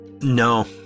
No